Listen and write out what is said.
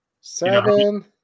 Seven